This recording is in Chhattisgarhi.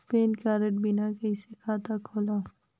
पैन कारड बिना कइसे खाता खोलव?